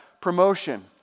promotion